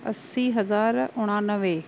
असी हज़ार उणानवे